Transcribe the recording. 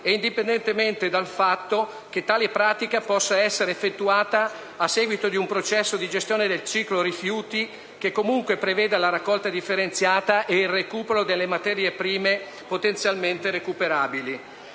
e indipendentemente dal fatto che tale pratica possa essere effettuata a seguito di un processo di gestione del ciclo dei rifiuti che comunque preveda la raccolta differenziata e il recupero delle materie prime potenzialmente recuperabili.